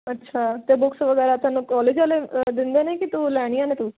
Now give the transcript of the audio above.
ਅੱਛਾ ਤਾਂ ਬੁਕਸ ਵਗੈਰਾ ਤੈਨੂੰ ਕਾਲਜ ਵਾਲੇ ਦਿੰਦੇ ਨੇ ਕਿ ਤੂੰ ਲੈਣੀਆਂ ਨੇ ਤੂੰ